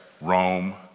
Rome